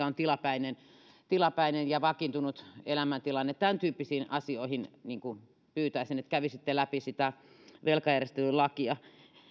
on tilapäinen tilapäinen ja vakiintunut elämäntilanne tämäntyyppisiin asioihin pyytäisin että kävisitte läpi sitä velkajärjestelylakia